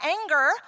anger